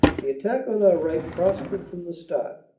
the attack on our right prospered from the start,